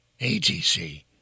ATC